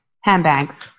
handbags